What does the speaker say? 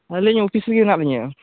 ᱢᱮᱱ ᱮᱟᱧ ᱚᱯᱷᱤᱚᱥ ᱨᱮᱜᱮ ᱢᱮᱱᱟᱜ ᱞᱤᱧᱟᱹ